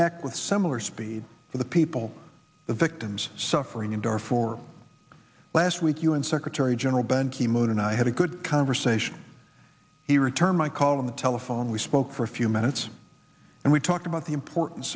act with similar speed for the people the victims suffering and or for last week u n secretary general ban ki moon and i had a good conversation he returned my call on the telephone we spoke for a few minutes and we talked about the importance